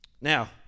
Now